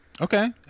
Okay